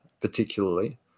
particularly